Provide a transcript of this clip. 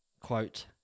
quote